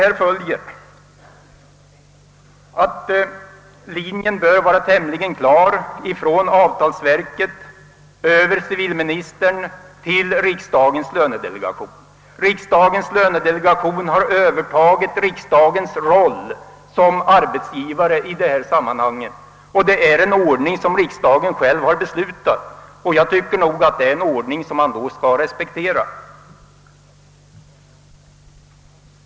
Härav följer att linjen bör vara tämligen klar från avtalsverket över civilministern till riksdagens lönedelegation. Riksdagens lönedelegation har i detta sammanhang övertagit riksdagens roll som arbetsgivare, och detta är en ordning som riksdagen själv har beslutat. Jag tycker nog att det är en ordning som man då också skall respektera.